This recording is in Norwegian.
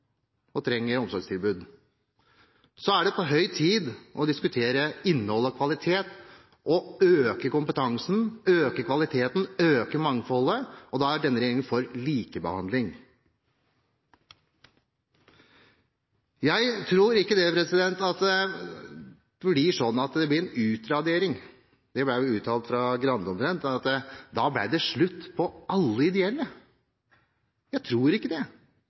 og trenger omsorgstilbud, er det på høy tid å diskutere innhold og kvalitet og øke kompetansen, øke kvaliteten, øke mangfoldet. Da er denne regjeringen for likebehandling. Jeg tror ikke det blir en utradering. Det ble vel omtrent uttalt fra Grande at da ble det slutt på alle ideelle. Jeg tror ikke det